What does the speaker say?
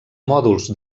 mòduls